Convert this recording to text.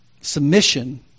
submission